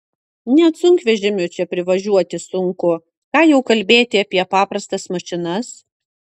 net sunkvežimiu čia pravažiuoti sunku ką jau kalbėti apie paprastas mašinas